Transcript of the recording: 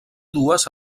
dues